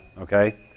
okay